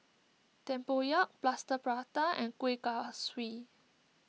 Tempoyak Plaster Prata and Kuih Kaswi